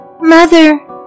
Mother